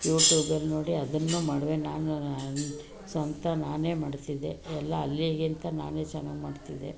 ಯೂಟ್ಯೂಬಲ್ಲಿ ನೋಡಿ ಅದನ್ನು ಮಾಡುವೆ ನಾನು ಸ್ವಂತ ನಾನೇ ಮಾಡ್ತಿದ್ದೆ ಎಲ್ಲ ಅಲ್ಲಿಗಿಂತ ನಾನೇ ಚೆನ್ನಾಗಿ ಮಾಡ್ತಿದ್ದೆ